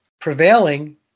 prevailing